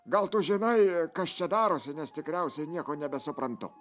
gal tu žinai kas čia darosi nes tikriausiai nieko nebesuprantu